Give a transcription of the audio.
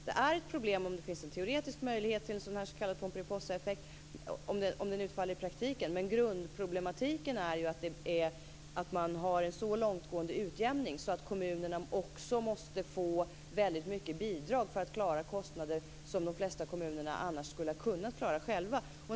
Det är ett problem - om det finns en teoretisk möjlighet till s.k. Pomperipossaeffekt - om den faller ut i praktiken. Men grundproblematiken är att man har en så långtgående utjämning att kommunerna också måste få väldigt mycket bidrag för att klara kostnader som de flesta kommuner annars skulle ha kunnat klara själva.